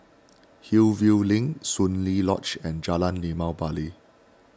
Hillview Link Soon Lee Lodge and Jalan Limau Bali